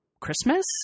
Christmas